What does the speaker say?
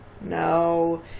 no